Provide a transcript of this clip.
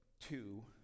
two